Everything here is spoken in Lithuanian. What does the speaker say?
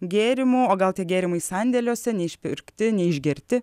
gėrimų o gal tik gėrimai sandėliuose neišpirkti neišgerti